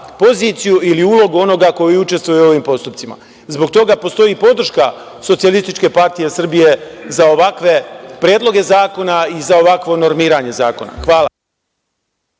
poziciju ili ulogu onoga koji učestvuje u ovim postupcima. Zbog toga postoji podrška Socijalističke partije Srbije za ovakve predloge zakona i za ovakvo normiranje zakona. Hvala.